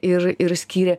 ir ir skyrė